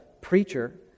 preacher